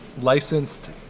licensed